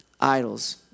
idols